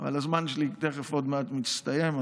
אבל הזמן שלי עוד מעט מסתיים.